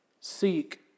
seek